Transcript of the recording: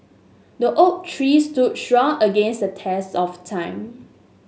the oak tree stood strong against the test of time